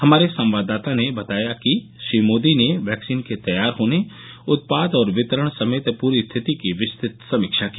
हमारे संवाददाता ने बताया कि श्री मोदी ने वैक्सीन के तैयार होने उत्पाद और वितरण समेत पूरी स्थिति की विस्तृत समीक्षा की